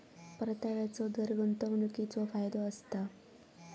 परताव्याचो दर गुंतवणीकीचो फायदो असता